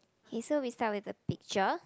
okay so we start with the picture